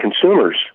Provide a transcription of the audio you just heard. consumers